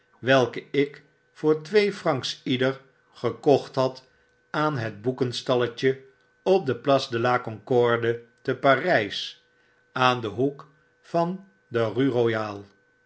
welke ik voor twee francs ieder gekocht had aan het boekstalletje op de place de la concorde te parys aan den hoek der rue royale